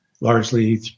largely